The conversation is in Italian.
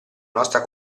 nostra